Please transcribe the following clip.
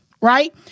right